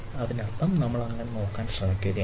അതിനർത്ഥം നമ്മൾ അങ്ങനെ നോക്കാൻ ശ്രമിക്കുകയാണ്